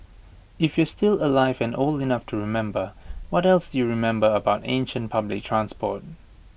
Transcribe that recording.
if you're still alive and old enough to remember what else do you remember about ancient public transport